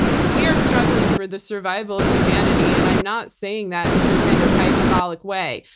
we are struggling for the survival of humanity. and i'm not saying that in some kind of hyperbolic way.